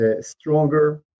stronger